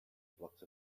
blocks